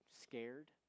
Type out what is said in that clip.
scared